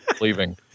leaving